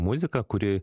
muziką kuri